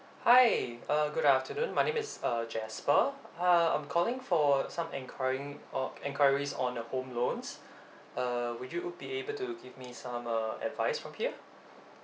hi uh good afternoon my name is uh jasper uh I'm calling for some enquiring uh enquiries on the home loans uh would you would be able to give me some uh advice from here